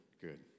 good